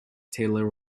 taylor